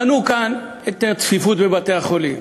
מנו כאן את הצפיפות בבתי-החולים,